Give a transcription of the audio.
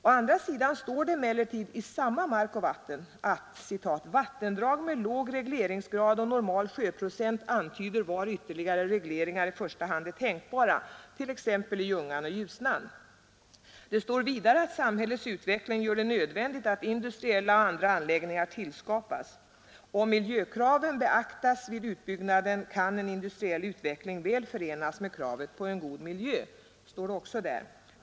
Å andra sidan står det i samma Mark och vatten att vattendrag med låg regleringsgrad och normal sjöprocent antyder var ytterligare regleringar i första hand är tänkbara t.ex. i Ljungan och Ljusnan. Det står vidare att samhällets utveckling gör det nödvändigt att industriella och andra anläggningar tillskapas. Om miljökraven beaktas vid utbyggnaden kan en industriell utveckling väl förenas med kravet på en god miljö, sägs det också.